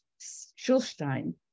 Schulstein